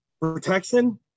protection